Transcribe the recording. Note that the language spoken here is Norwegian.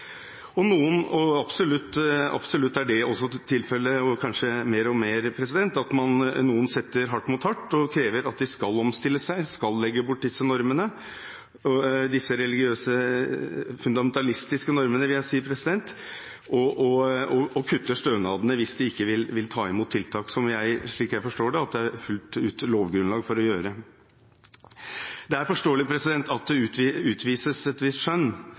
at noen setter hardt mot hardt og krever at de skal omstille seg, skal legge bort disse normene – disse religiøse, fundamentalistiske normene, vil jeg si – og kutter stønadene hvis de ikke vil ta imot tiltak, som, slik jeg forstår det, det er fullt ut lovgrunnlag for å gjøre. Det er forståelig at det utvises et visst skjønn